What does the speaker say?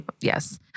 Yes